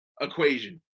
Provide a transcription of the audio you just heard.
equation